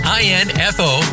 info